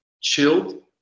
chilled